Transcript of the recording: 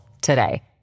today